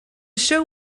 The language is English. show